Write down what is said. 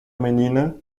menina